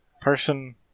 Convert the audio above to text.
person